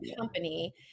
company